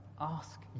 ask